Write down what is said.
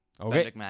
Okay